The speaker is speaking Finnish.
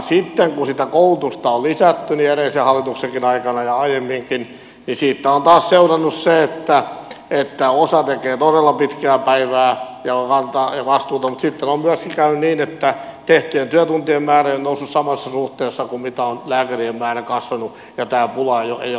sitten kun sitä koulutusta on lisätty edellisenkin hallituksen aikana ja aiemminkin siitä on taas seurannut se että osa tekee todella pitkää päivää ja kantaa vastuuta mutta sitten on myöskin käynyt niin että tehtyjen työtuntien määrä ei ole noussut samassa suhteessa kuin mitä on lääkärien määrä kasvanut ja tämä pula ei ole ratkennut